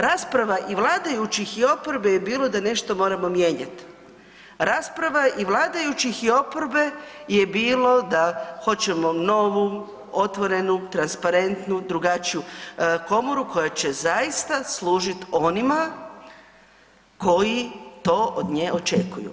Rasprava i vladajućih i oporbe je bilo da nešto moramo mijenjati, rasprava i vladajućih i oporbe je bilo da hoćemo novu, otvorenu, transparentnu, drugačiju komoru koja će zaista služiti onima koji to od nje očekuju.